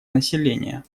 населения